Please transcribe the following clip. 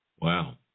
Wow